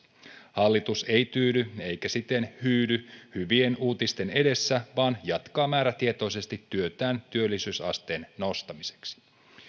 hallitus ei tyydy eikä siten hyydy hyvien uutisten edessä vaan jatkaa määrätietoisesti työtään työllisyysasteen nostamiseksi